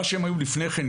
מה שהן היו לפני כן,